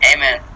Amen